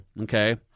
okay